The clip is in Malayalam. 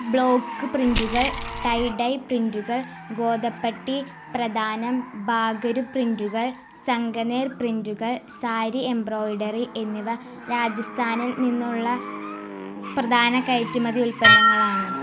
ബ്ലോക്ക് പ്രിൻറ്റുകൾ ടൈ ഡൈ പ്രിൻറ്റുകൾ ഗോതപട്ടി പ്രധാനം ബാഗരു പ്രിൻറ്റുകൾ സംഗനേർ പ്രിൻറ്റുകൾ സാരി എംബ്രോയിഡറി എന്നിവ രാജസ്ഥാനിൽ നിന്നുള്ള പ്രധാന കയറ്റുമതി ഉൽപ്പന്നങ്ങളാണ്